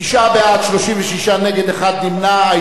תשעה בעד, 36 נגד, אחד נמנע.